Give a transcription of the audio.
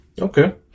Okay